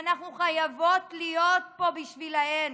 ואנחנו חייבות להיות פה בשבילן,